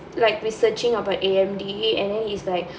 like researching about A_M_D and then he is like